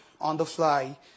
on-the-fly